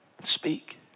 Speak